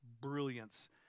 brilliance